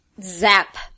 Zap